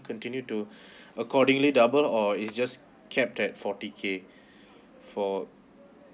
continue to accordingly double or is just cap at forty K for